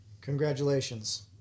Congratulations